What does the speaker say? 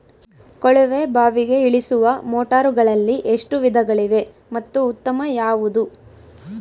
ಕೊಳವೆ ಬಾವಿಗೆ ಇಳಿಸುವ ಮೋಟಾರುಗಳಲ್ಲಿ ಎಷ್ಟು ವಿಧಗಳಿವೆ ಮತ್ತು ಉತ್ತಮ ಯಾವುದು?